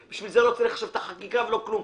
בשביל זה לא צריך עכשיו את החקיקה ולא כלום,